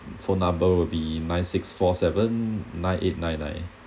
phone number will be nine six four seven nine eight nine nine